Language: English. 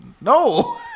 No